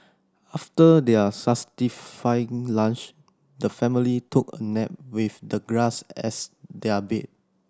after their satisfying lunch the family took a nap with the grass as their bed